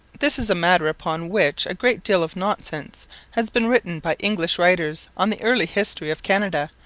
this is a matter upon which a great deal of nonsense has been written by english writers on the early history of canada,